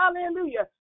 hallelujah